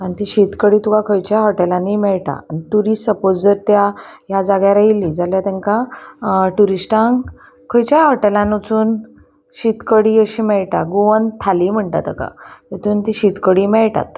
आनी ती शीतकडी तुका खंयच्याय हॉटेलांनी मेळटा आनी ट्युरिस्ट सपोज जर त्या ह्या जाग्यार येयल्ली जाल्यार तांकां ट्युरिस्टांक खंयच्याय हॉटेलान वचून शीतकडी अशी मेळटा गोवन थाली म्हणटा ताका ततून ती शीतकडी मेळटात